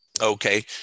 Okay